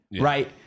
right